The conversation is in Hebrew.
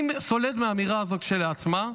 אני סולד מהאמירה הזאת כשלעצמה,